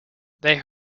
they